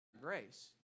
grace